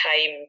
time